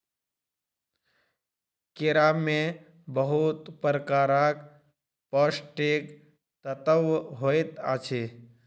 केरा में बहुत प्रकारक पौष्टिक तत्व होइत अछि